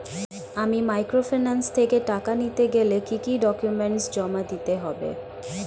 আমি মাইক্রোফিন্যান্স থেকে টাকা নিতে গেলে কি কি ডকুমেন্টস জমা দিতে হবে?